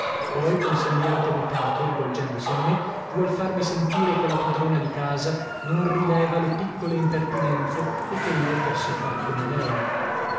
poi con sembiante mutato rivolgendosi a me vuol farmi sentire che la padrona di casa non rileva le piccole impertinenze e che io posso far come lei